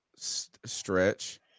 Stretch